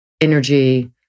energy